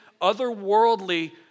otherworldly